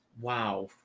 Wow